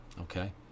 Okay